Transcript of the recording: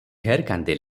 ଢେର